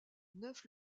neuf